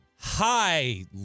Hi